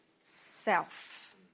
self